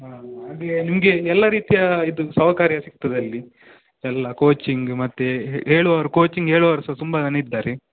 ಹಾಂ ಹಾಗೇ ನಿಮಗೆ ಎಲ್ಲ ರೀತಿಯ ಇದು ಸೌಕರ್ಯ ಸಿಕ್ತದೆ ಅಲ್ಲಿ ಎಲ್ಲ ಕೋಚಿಂಗ್ ಮತ್ತು ಹೇಳುವವರು ಕೋಚಿಂಗ್ ಹೇಳುವವರ್ ಸಹ ತುಂಬ ಜನ ಇದ್ದಾರೆ